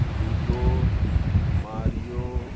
ludo mario